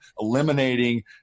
eliminating